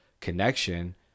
connection